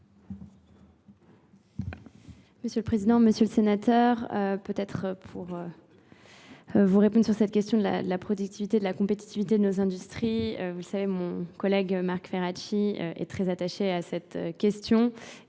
M. le Président, M. le Sénateur, peut-être pour vous répondre sur cette question de la productivité, de la compétitivité de nos industries. Vous le savez, mon collègue Marc Ferracchi est très attaché à cette question